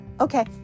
Okay